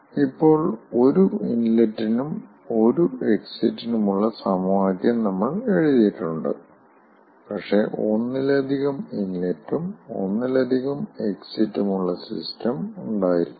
ഇപ്പോൾ ഒരു ഇൻലെറ്റിനും ഒരു എക്സിറ്റിനുമുള്ള സമവാക്യം നമ്മൾ എഴുതിയിട്ടുണ്ട് പക്ഷേ ഒന്നിലധികം ഇൻലെറ്റും ഒന്നിലധികം എക്സിറ്റും ഉള്ള സിസ്റ്റം ഉണ്ടായിരിക്കാം